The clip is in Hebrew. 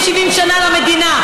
שנדחקות לשוליים.